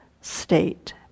state